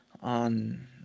on